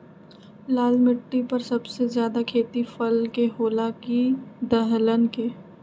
लाल मिट्टी पर सबसे ज्यादा खेती फल के होला की दलहन के?